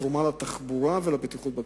התרומה לתחבורה ולבטיחות בדרכים.